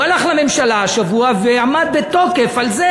הוא הלך לממשלה השבוע ועמד בתוקף על זה